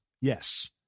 Yes